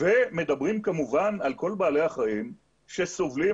ומדברים כמובן על כל בעלי החיים שסובלים.